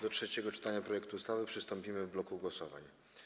Do trzeciego czytania projektu ustawy przystąpimy w bloku głosowań.